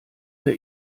der